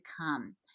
come